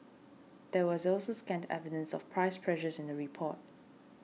there was also scant evidence of price pressures in the report